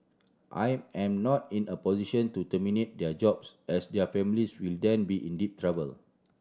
I am not in a position to terminate their jobs as their families will then be in deep trouble